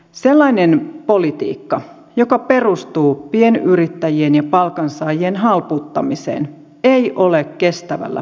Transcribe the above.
sellainen politiikka joka perustuu pienyrittäjien ja palkansaajien halpuuttamiseen ei ole kestävällä pohjalla